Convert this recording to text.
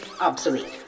obsolete